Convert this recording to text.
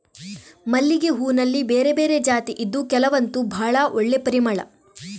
ಮಲ್ಲಿಗೆ ಹೂನಲ್ಲಿ ಬೇರೆ ಬೇರೆ ಜಾತಿ ಇದ್ದು ಕೆಲವಂತೂ ಭಾಳ ಒಳ್ಳೆ ಪರಿಮಳ